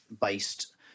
based